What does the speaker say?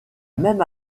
même